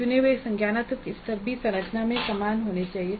चुने गए संज्ञानात्मक स्तर भी संरचना में समान होने चाहिए